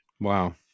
Wow